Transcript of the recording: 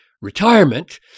retirement